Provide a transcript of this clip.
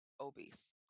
obese